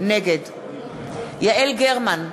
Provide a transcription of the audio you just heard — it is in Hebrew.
נגד יעל גרמן,